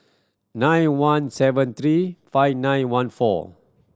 nine one seven three five nine one four